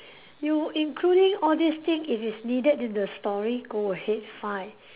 you including all this thing if it's needed in the story go ahead fine